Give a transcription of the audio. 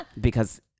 because-